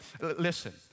Listen